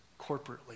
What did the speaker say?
corporately